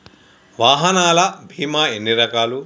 వాహనాల బీమా ఎన్ని రకాలు?